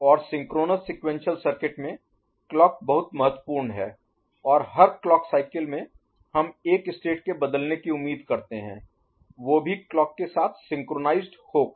और synchronous sequential circuit में clock बहुत महत्वपूर्ण है और हर क्लॉक साइकिल में हम एक स्टेट के बदलने की उम्मीद करते हैं वो भी क्लॉक के साथ सिंक्रोनीज़ेड हो कर